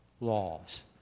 laws